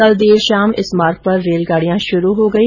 कल देर शाम इस मार्ग पर रेलगाड़ियां शुरू हो गई